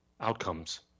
outcomes